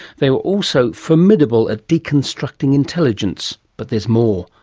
they were also formidable at deconstructing intelligence. but there's more,